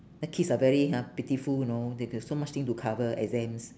then kids are very ha pitiful you know they they've so much thing to cover exams